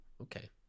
Okay